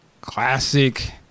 classic